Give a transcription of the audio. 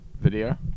Video